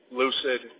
lucid